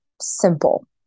simple